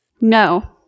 No